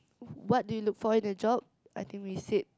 what do you look for in a job I think we said